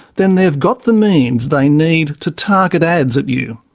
then they've got the means they need to target ads at you.